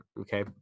Okay